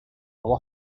will